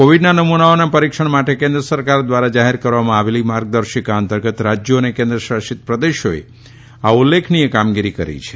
કોવીડના નમુનાઓના પરીક્ષણ માટે કેન્દ્ર સરકાર ધ્વારા જાહેર કરવામાં આવેલ માર્ગદર્શિકા અંતર્ગત રાજ્યો અને કેન્દ્ર શાસિત પ્રદેશોએ આ ઉલ્લેખનીય કામગીરી કરી છે